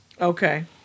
Okay